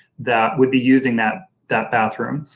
that would be using that that bathroom.